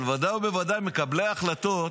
אבל בוודאי ובוודאי מקבלי ההחלטות